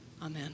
Amen